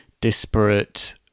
disparate